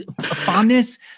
fondness